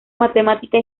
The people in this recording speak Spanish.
matemática